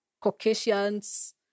Caucasians